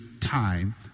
time